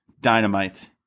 Dynamite